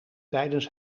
tijdens